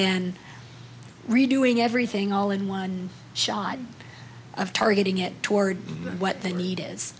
than redoing everything all in one shot of targeting it toward what the need is